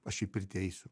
aš į pirtį eisiu